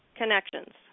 connections